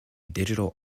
digital